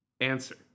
Answer